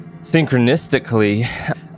synchronistically